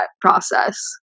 process